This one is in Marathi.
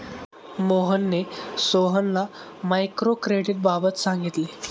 मोहनने सोहनला मायक्रो क्रेडिटबाबत सांगितले